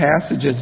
passages